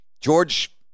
George